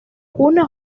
cuna